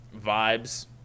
vibes